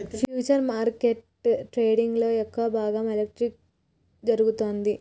futures మార్కెట్ల ట్రేడింగ్లో ఎక్కువ భాగం ఎలక్ట్రానిక్గా జరుగుతాంది